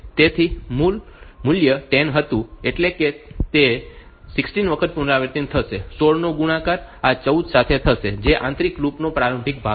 તેથી મૂલ્ય 10 હતું એટલે કે તે છે તે 16 વખત પુનરાવર્તિત થશે 16 નો ગુણાકાર આ 14 સાથે થશે જે આ આંતરિક લૂપ નો પ્રારંભિક ભાગ છે